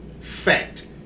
fact